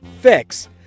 fix